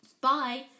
Bye